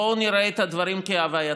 בואו נראה את הדברים כהווייתם.